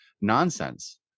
nonsense